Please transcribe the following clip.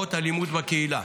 נפגעות אלימות בקהילה.